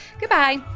Goodbye